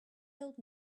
told